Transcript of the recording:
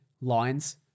lines